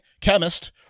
chemist